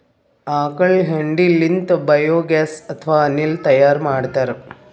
ಆಕಳ್ ಹೆಂಡಿ ಲಿಂತ್ ಬಯೋಗ್ಯಾಸ್ ಅಥವಾ ಅನಿಲ್ ತೈಯಾರ್ ಮಾಡ್ತಾರ್